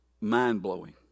mind-blowing